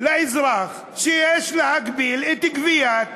לאזרח שיש להגביל את גביית